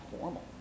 formal